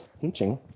teaching